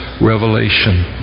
revelation